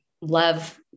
love